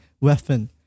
weapon